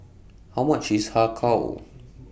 How much IS Har Kow